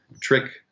trick